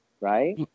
right